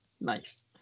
nice